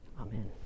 Amen